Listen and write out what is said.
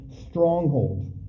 strongholds